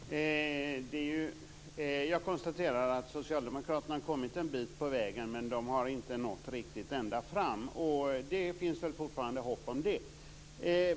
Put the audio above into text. Fru talman! Jag konstaterar att socialdemokraterna har kommit en bit på väg, men de har inte nått riktigt ända fram. Men det finns väl fortfarande hopp om det.